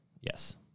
Yes